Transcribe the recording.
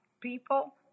people